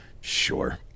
Sure